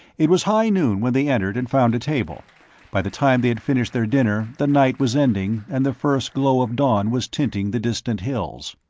it was high noon when they entered and found a table by the time they had finished their dinner, the night was ending and the first glow of dawn was tinting the distant hills.